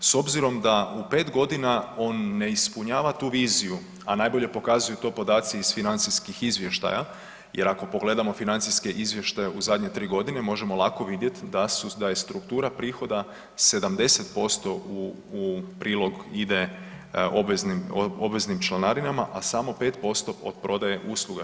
S obzirom da u 5 godina on ne ispunjava tu viziju, a najbolje to pokazuju podaci iz financijskih izvještaja jer ako pogledamo financijske izvještaje u zadnje 3 godine možemo lako vidjeti da je struktura prihoda 70% u prilog ide obveznim članarinama, a samo 5% od prodaje usluga.